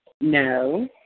No